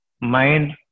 mind